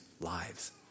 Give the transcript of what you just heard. lives